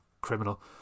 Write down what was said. criminal